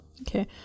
Okay